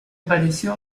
pareció